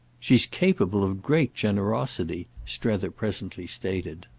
she's capable of great generosity, strether presently stated.